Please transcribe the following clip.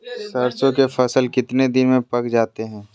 सरसों के फसल कितने दिन में पक जाते है?